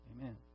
Amen